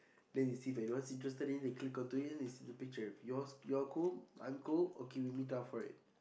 then they see if anyone's interested in they click onto it then they see the picture if yours you're cool I'm cool okay we meet up for it